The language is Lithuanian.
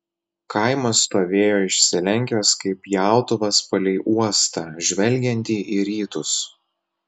kaimas stovėjo išsilenkęs kaip pjautuvas palei uostą žvelgiantį į rytus